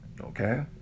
okay